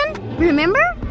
remember